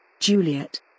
Juliet